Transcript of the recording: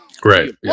Great